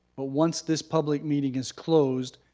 but once this public meeting is closed,